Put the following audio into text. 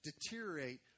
deteriorate